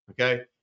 Okay